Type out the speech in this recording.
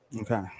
Okay